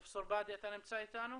פרופ' חסייסי, אתה נמצא איתנו?